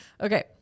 Okay